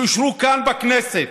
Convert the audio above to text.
שאושרו כאן בכנסת,